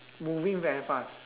moving very fast